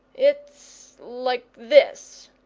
it's like this,